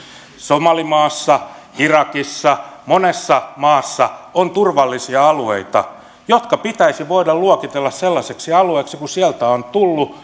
somalimaassa irakissa monessa maassa on turvallisia alueita jotka pitäisi voida luokitella sellaisiksi alueiksi että kun sieltä on tullut